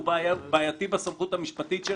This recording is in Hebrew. הוא בעייתי בסמכותו המשפטית.